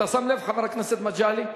אתה שם לב, חבר הכנסת מגלי?